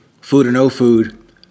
food-or-no-food